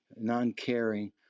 non-caring